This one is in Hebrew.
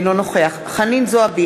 אינו נוכח חנין זועבי,